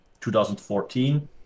2014